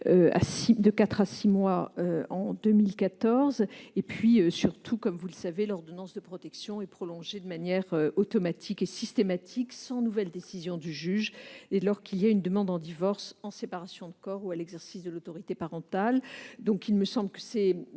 mois à six mois en 2014. Surtout, comme vous le savez, l'ordonnance de protection est prolongée de manière automatique et systématique, sans nouvelle décision du juge, dès lors qu'il y a une demande en divorce, en séparation de corps ou sur l'exercice de l'autorité parentale. Il me semble que ces